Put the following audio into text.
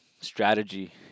strategy